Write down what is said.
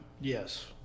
Yes